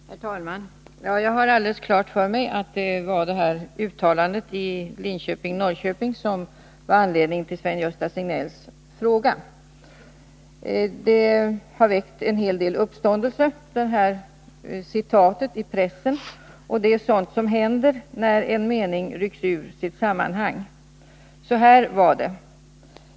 Herr talman! Jag har alldeles klart för mig att det var de här uttalandena i Linköping och Norrköping som var anledningen till Sven-Gösta Signells fråga. Det här citatet har väckt en hel del uppståndelse i pressen, och det är sådant som händer när en mening rycks ur sitt sammanhang. Så här var det.